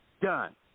done